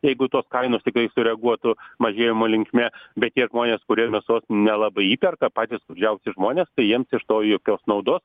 jeigu tos kainos tikrai sureaguotų mažėjimo linkme bet tie žmonės kurie mėsos nelabai įperka patys skurdžiausi žmonės tai jiems iš to jokios naudos